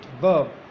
verb